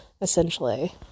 essentially